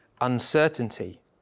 uncertainty